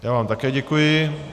Já vám také děkuji.